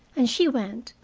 and she went,